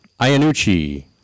Iannucci